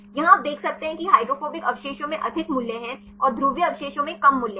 यहां आप देख सकते हैं कि हाइड्रोफोबिक अवशेषों में अधिक मूल्य हैं और ध्रुवीय अवशेषों में कम मूल्य हैं